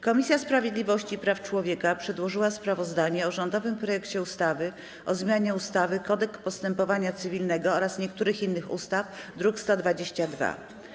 Komisja Sprawiedliwości i Praw Człowieka przedłożyła sprawozdanie o rządowym projekcie ustawy o zmianie ustawy Kodeks postępowania cywilnego oraz niektórych innych ustaw, druk nr 122.